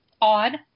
odd